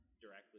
directly